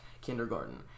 kindergarten